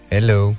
Hello